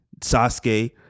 Sasuke